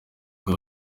ngo